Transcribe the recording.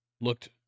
looked